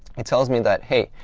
it tells me that, hey,